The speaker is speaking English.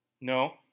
No